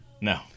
No